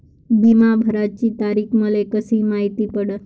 बिमा भराची तारीख मले कशी मायती पडन?